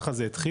ככה זה התחיל,